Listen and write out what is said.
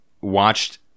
watched